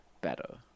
better